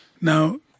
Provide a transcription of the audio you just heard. Now